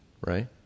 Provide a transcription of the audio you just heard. right